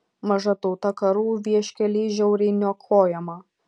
maža tauta karų vieškelyje žiauriai niokojama